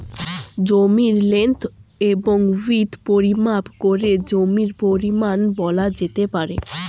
জমির লেন্থ এবং উইড্থ পরিমাপ করে জমির পরিমান বলা যেতে পারে